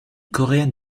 coréenne